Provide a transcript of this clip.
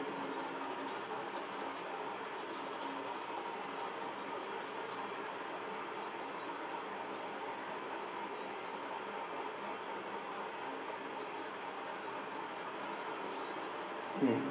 mm